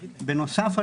בנוסף,